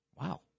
wow